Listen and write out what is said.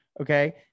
okay